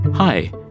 Hi